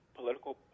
political